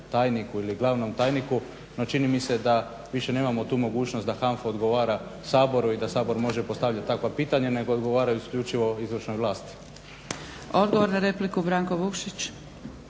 tajniku ili glavnom tajniku no čini mi se da više nemamo tu mogućnost da HANFA odgovara Saboru i da Sabor može postaviti takva pitanja nego odgovaraju isključivo izvršnoj vlasti. **Zgrebec, Dragica